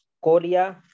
Korea